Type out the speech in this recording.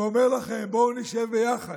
ואומר לכם: בואו נשב ביחד.